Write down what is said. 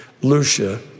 Lucia